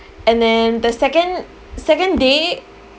and then the second second day